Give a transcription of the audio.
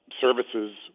services